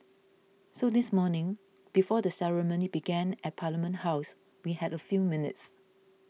so this morning before the ceremony began at Parliament House we had a few minutes